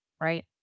Right